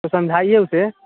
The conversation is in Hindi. तो समझाइए उसे